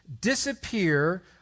disappear